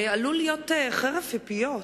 עלול להיות חרב פיפיות.